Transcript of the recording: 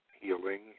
healing